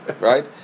Right